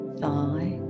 thigh